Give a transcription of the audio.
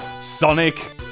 Sonic